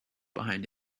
behind